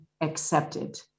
accepted